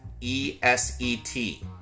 E-S-E-T